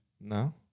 no